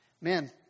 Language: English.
man